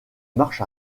marche